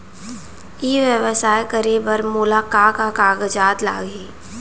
ई व्यवसाय करे बर मोला का का कागजात लागही?